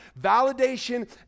validation